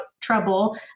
trouble